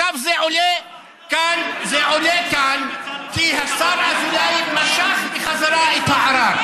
עכשיו זה עולה כאן כי השר אזולאי משך בחזרה את הערר.